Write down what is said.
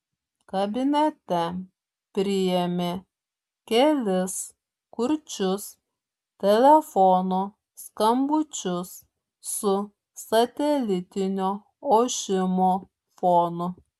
kabinete priėmė kelis kurčius telefono skambučius su satelitinio ošimo fonu